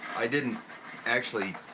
i didn't actually